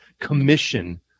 commission